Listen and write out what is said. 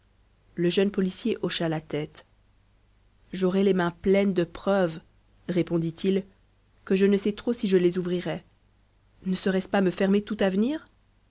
le jeune policier hocha la tête j'aurais les mains pleines de preuves répondit-il que je ne sais trop si je les ouvrirais ne serait-ce pas me fermer tout avenir